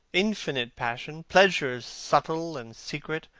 infinite passion, pleasures subtle and secret,